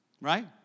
right